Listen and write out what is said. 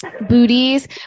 booties